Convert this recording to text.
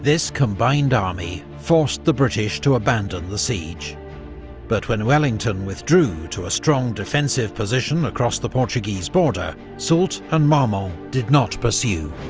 this combined army forced the british to abandon the siege but when wellington withdrew to a strong defensive position across the portuguese border, soult and marmont did not pursue.